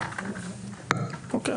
אוקיי,